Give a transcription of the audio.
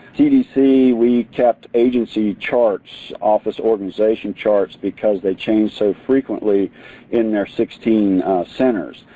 cdc, we kept agency charts, office organization charts, because they changed so frequently in their sixteen centers.